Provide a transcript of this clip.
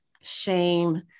shame